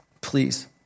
Please